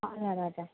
हजुर हजुर